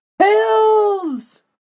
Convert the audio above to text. Pills